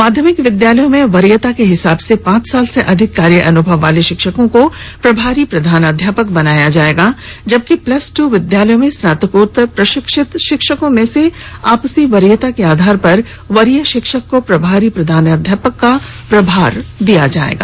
माध्यमिक विद्यालयों में वरीयता के हिसाब से पांच साल से अधिक कार्य अनुभव वाले शिक्षकों को प्रभारी प्रधानाध्यापक बनाया जाएगा जबकि प्लस ट् विद्यालयों में स्नातकोत्तर प्रशिक्षित शिक्षक में से आपसी वरीयता के आधार पर वरीय शिक्षक को प्रभारी प्रधानाध्यापक का प्रभार दिया जाएगा